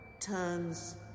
turns